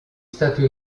stati